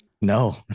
No